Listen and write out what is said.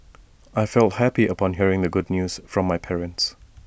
I felt happy upon hearing the good news from my parents